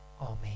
Amen